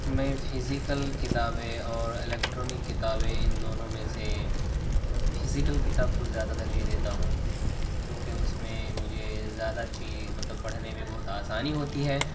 میں فزیکل کتابیں اور الیکٹرانک کتابیں ان دونوں میں سے فزیکل کتاب کو زیادہ ترجیح دیتا ہوں کیونکہ اس میں مجھے زیادہ اچھی مطلب پڑھنے میں بہت آسانی ہوتی ہے